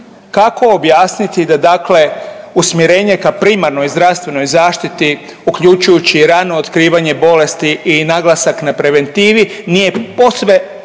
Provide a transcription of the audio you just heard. Kako objasniti da dakle usmjerenje ka primarnoj zdravstvenoj zaštiti uključujući i rano otkrivanje bolesti i naglasak na preventivi nije posve oprečno